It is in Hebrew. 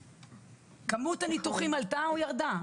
כמות הניתוחים עלתה או ירדה?